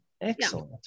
Excellent